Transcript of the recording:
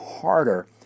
harder